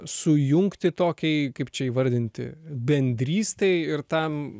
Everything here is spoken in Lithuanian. sujungti tokiai kaip čia įvardinti bendrystei ir tam